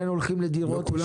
לא כולם